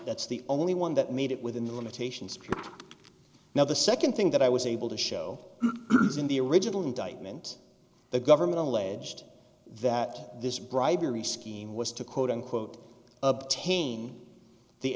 that's the only one that made it within the limitations track now the second thing that i was able to show was in the original indictment the government alleged that this bribery scheme was to quote unquote obtain the